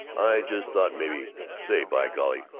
i just thought maybe say, by golly,